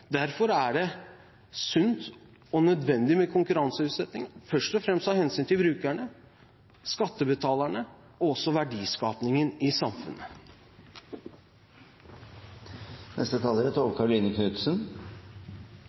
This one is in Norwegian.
Derfor er det sunt og nødvendig med konkurranseutsetting, først og fremst av hensyn til brukerne, skattebetalerne og også verdiskapingen i samfunnet. Dette er